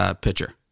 pitcher